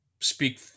speak